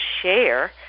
share